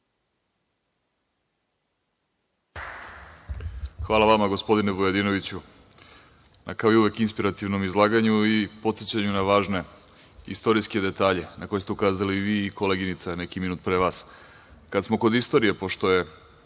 Hvala vama gospodine Vujadinoviću na, kao i uvek, inspirativnom izlaganju i podsećanju na važne istorijske detalje, na koje ste ukazali i vi i koleginica neki minut pre vas. Kad smo kod istorije, pošto je